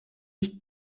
ich